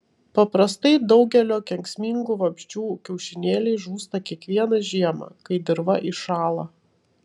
paprastai daugelio kenksmingų vabzdžių kiaušinėliai žūsta kiekvieną žiemą kai dirva įšąla